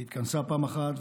היא התכנסה פעם אחת,